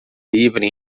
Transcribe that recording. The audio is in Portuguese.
livre